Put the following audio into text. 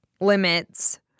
limits